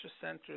centers